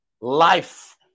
life